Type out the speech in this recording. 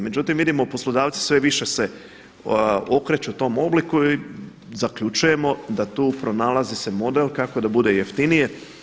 Međutim vidimo poslodavci sve više se okreću tom obliku i zaključujemo da tu pronalazi se model kako da bude jeftinije.